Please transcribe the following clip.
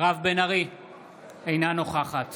אינה נוכחת